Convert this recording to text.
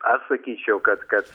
aš sakyčiau kad kad